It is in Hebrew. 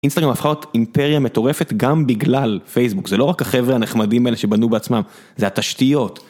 אינסטגרם הפכה להיות אימפריה מטורפת גם בגלל פייסבוק, זה לא רק החבר'ה הנחמדים האלה שבנו בעצמם, זה התשתיות.